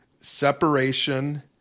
separation